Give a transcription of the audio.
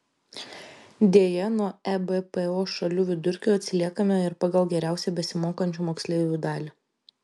deja nuo ebpo šalių vidurkio atsiliekame ir pagal geriausiai besimokančių moksleivių dalį